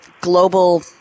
global